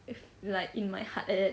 like in my heart at that